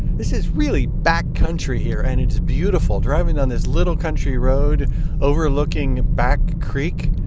this is really back country here. and it's beautiful driving on this little country road overlooking back creek.